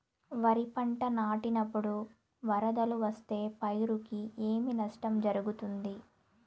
వరిపంట నాటినపుడు వరదలు వస్తే పైరుకు ఏమి నష్టం జరుగుతుంది?